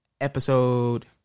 episode